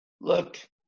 look